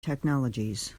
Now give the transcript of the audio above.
technologies